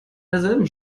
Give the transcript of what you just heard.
derselben